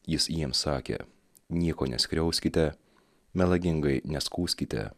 jis jiems sakė nieko neskriauskite melagingai neskųskite